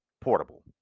portable